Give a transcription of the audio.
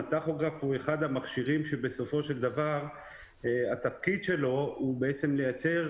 הטכוגרף הוא אחד המכשירים שבסופו של דבר התפקיד שלו הוא בעצם לייצר